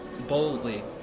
boldly